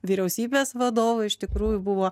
vyriausybės vadovo iš tikrųjų buvo